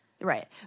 Right